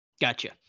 Gotcha